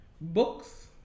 books